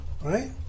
Right